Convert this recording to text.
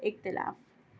इख़्तिलाफ़ु